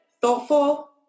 thoughtful